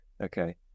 Okay